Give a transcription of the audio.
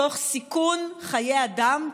תוך סיכון חיי אדם,